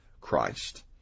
Christ